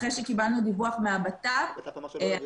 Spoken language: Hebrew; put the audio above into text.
אחרי שקיבלנו דיווח מהמשרד לביטחון פנים.